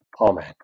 Amen